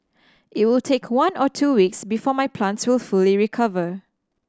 it will take one or two weeks before my plants will fully recover